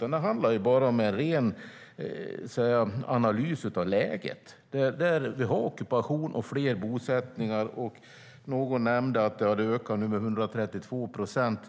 Här handlar det om en ren analys av läget. Vi har ockupation och fler bosättningar. Någon nämnde att det hade ökat med 132 procent.